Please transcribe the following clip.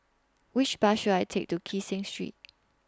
Which Bus should I Take to Kee Seng Street